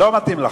לא מתאים לך.